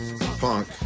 Funk